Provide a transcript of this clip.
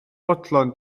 fodlon